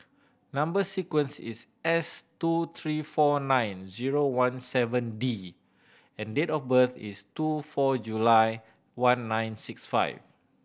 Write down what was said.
number sequence is S two three four nine zero one seven D and date of birth is two four July one nine six five